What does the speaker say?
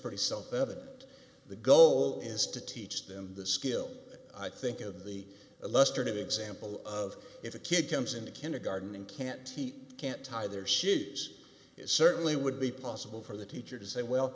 pretty self evident the goal is to teach them the skill i think of the illustrative example of if a kid comes into kindergarten and can't he can't tie their shoes it certainly would be possible for the teacher to say well